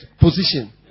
position